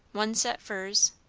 one set furs.